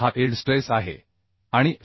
हा yield stress आहे आणि एफ